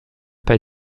pas